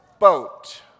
Boat